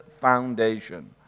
foundation